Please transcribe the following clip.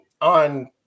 on